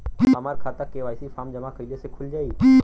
हमार खाता KYC form जमा कइले से खुल जाई?